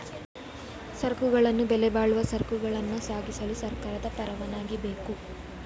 ಸರಕುಗಳನ್ನು ಬೆಲೆಬಾಳುವ ಸರಕುಗಳನ್ನ ಸಾಗಿಸಲು ಸರ್ಕಾರದ ಪರವಾನಗಿ ಬೇಕು